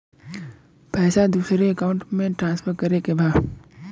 पैसा दूसरे अकाउंट में ट्रांसफर करें के बा?